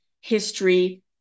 history